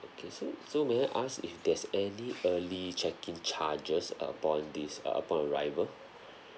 okay so so may I ask if there's any early check in charges upon this uh upon arrival